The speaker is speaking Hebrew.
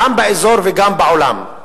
גם באזור וגם בעולם,